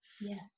Yes